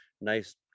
nice